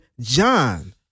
John